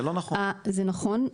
זה המצב היום.